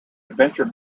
adventure